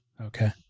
Okay